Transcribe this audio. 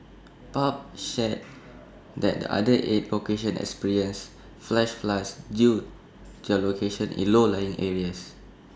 pub shared that the other eight locations experience flash floods due their locations in low lying areas